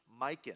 Mikan